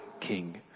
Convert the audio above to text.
king